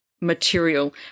material